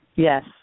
Yes